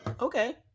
Okay